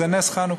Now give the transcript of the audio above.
זה נס חנוכה,